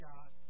God